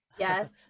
Yes